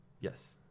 Yes